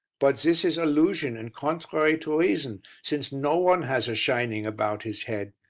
but this is illusion and contrary to reason, since no one has a shining about his head.